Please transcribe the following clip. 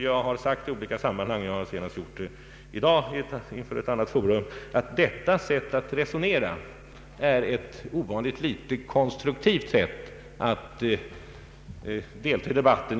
Jag har sagt i olika sammanhang, senast inför ett annat forum i dag, att detta sätt att resonera är ovanligt litet konstruktivt när det gäller att delta i en debatt.